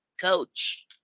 Coach